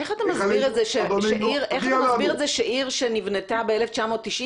איך אתה מסביר את זה שעיר שנבנתה ב-1990,